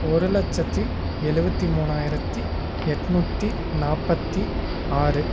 ஒரு லட்சத்தி எழுபத்தி மூணாயிரத்தி எண்நூத்தி நாற்பத்தி ஆறு